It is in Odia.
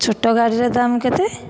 ଛୋଟ ଗାଡ଼ିର ଦାମ କେତେ